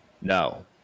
No